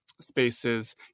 spaces